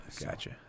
Gotcha